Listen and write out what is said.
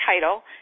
title